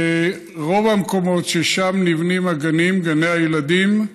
רוב המקומות ששם נבנים הגנים, גני הילדים,